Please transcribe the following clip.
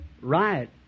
right